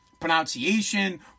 pronunciation